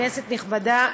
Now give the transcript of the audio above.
כנסת נכבדה,